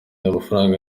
amafaranga